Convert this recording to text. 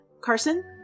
Carson